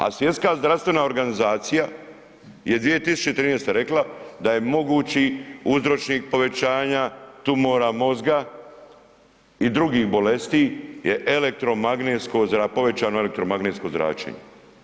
A Svjetska zdravstvena organizacija je 2013. rekla da je mogući uzročnik povećanja tumora mozga i drugih bolesti je elektromagnetsko, povećano elektromagnetsko zračenje.